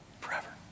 Forever